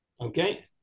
Okay